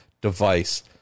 device